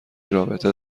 رابطه